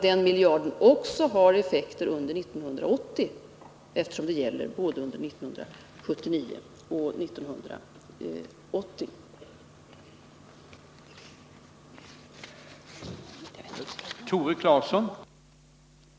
Den miljarden har också effekter under 1980, eftersom åtagandet gäller både 1979 och 1980.